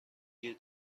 گیر